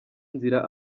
nzira